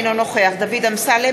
אינו נוכח דוד אמסלם,